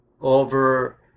over